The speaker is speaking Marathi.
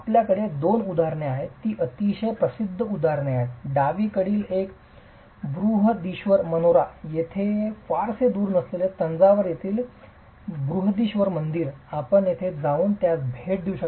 आपल्याकडे येथे दोन उदाहरणे आहेत ती अतिशय प्रसिद्ध उदाहरणे आहेत डावीकडील एक बृहदीश्वर मनोरा येथून फारसे दूर नसलेले तंजावर येथील बृहदीश्वर मंदिर आपण तेथे जाऊन त्यास भेट देऊ शकता